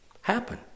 happen